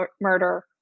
murder